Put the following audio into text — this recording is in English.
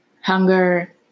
Hunger